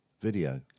Video